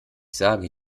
sage